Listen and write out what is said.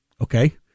Okay